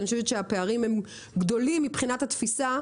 ואני חושבת שהפערים הם גדולים מבחינת התפיסה.